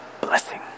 blessing